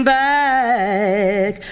back